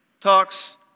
talks